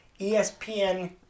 ESPN